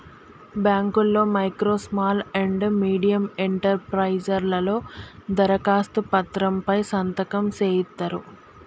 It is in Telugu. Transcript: బాంకుల్లో micro small and medium enterprises లలో దరఖాస్తు పత్రం పై సంతకం సేయిత్తరు